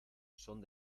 son